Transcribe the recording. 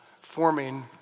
forming